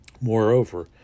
moreover